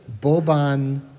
Boban